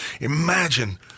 imagine